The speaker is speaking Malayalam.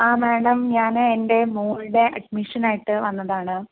ആ മേഡം ഞാൻ എൻ്റെ മകളുടെ അഡ്മിഷനായിട്ട് വന്നതാണ്